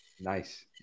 Nice